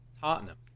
Tottenham